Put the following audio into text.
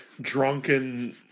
drunken